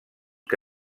que